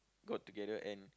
got together and